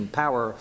power